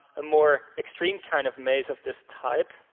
a more extreme kind of maze of this type.